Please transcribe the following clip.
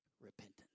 Repentance